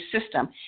system